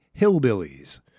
hillbillies